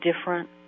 different